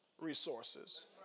resources